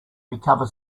recover